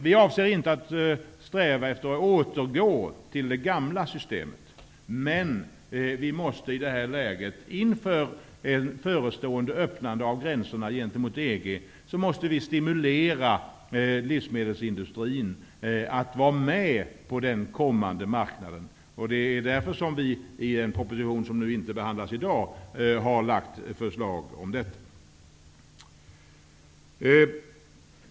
Vi avser inte att sträva efter att återgå till det gamla systemet. Men inför ett förestående öppnande av gränserna gentemot EG måste vi stimulera livsmedelsindustrin att vara med på den kommande marknaden. Det är därför som vi, i en proposition som inte behandlas i dag, har lagt fram förslag om detta.